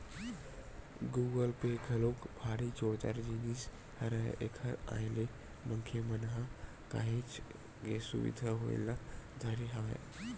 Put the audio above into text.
Google Pay घलोक भारी जोरदार जिनिस हरय एखर आय ले मनखे मन ल काहेच के सुबिधा होय ल धरे हवय